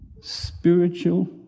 Spiritual